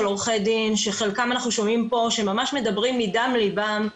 עורכי דין שחלקם אנחנו שומעים פה שממש מדברים מדם ליבם.